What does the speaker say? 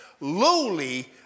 lowly